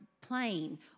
plane